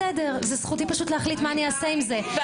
זכותי להחליט מה אעשה עם זה, הכול בסדר.